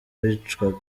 bicwaga